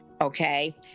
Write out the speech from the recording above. okay